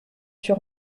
sur